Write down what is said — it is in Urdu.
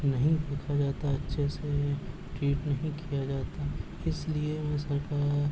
نہیں دیکھا جاتا ہے اچھے سے ٹریٹ نہیں کیا جاتا ہے اس لیے وہ سرکار